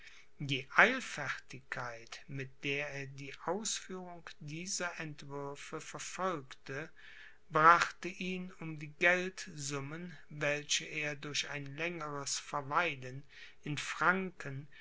die eilfertigkeit mit der er die ausführung dieser entwürfe verfolgte brachte ihn um die geldsummen welche er durch ein längeres verweilen in franken